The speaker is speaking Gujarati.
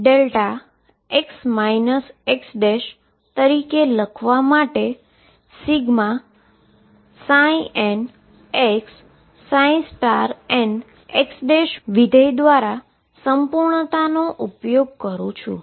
અને હવે δx x તરીકે લખવા માટે ∑nxnx ફંક્શન દ્વારા સંપૂર્ણતાનો ઉપયોગ કરુ